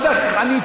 לא יודע איך ענית.